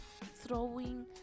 throwing